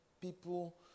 people